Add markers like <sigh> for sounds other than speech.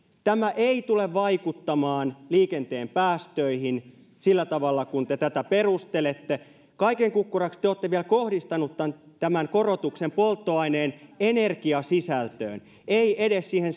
tämä ei tule vaikuttamaan liikenteen päästöihin sillä tavalla kuin te tätä perustelette kaiken kukkuraksi te olette vielä kohdistaneet tämän tämän korotuksen polttoaineen energiasisältöön ei edes siihen <unintelligible>